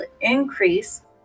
increase